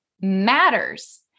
matters